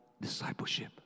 discipleship